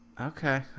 Okay